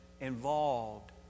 involved